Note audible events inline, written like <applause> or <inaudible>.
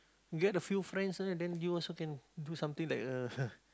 get a few friends ah then you also can do something like a <laughs>